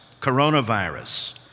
coronavirus